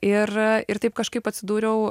ir ir taip kažkaip atsidūriau